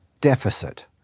deficit